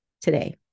today